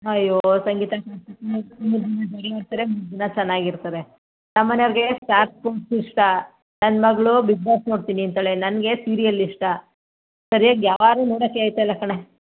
ಅಯ್ಯೋ ಸಂಗೀತಾ ಚೆನ್ನಾಗಿ ಇರ್ತಾರೆ ನಮ್ಮ ಮನೆಯವ್ರಿಗೆ ಸ್ಟಾರ್ ಸ್ಪೋರ್ಟ್ಸ್ ಇಷ್ಟ ನನ್ನ ಮಗಳು ಬಿಗ್ ಬಾಸ್ ನೋಡ್ತೀನಿ ಅಂತಾಳೆ ನನಗೆ ಸೀರಿಯಲ್ ಇಷ್ಟ ಸರ್ಯಾಗಿ ಯಾರೂ ನೋಡೋಕ್ಕೇ ಆಗ್ತಾ ಇಲ್ಲ ಕಣೇ